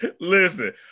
Listen